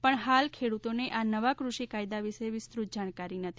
પણ હાલ ખેડૂતોને આ નવા કૃષિ કાયદા વિષે વિસ્તૃત જાણકારી નથી